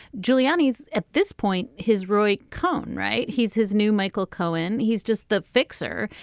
giuliani's at this point his roy cohn right. he's his new michael cohen. he's just the fixer.